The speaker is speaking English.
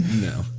No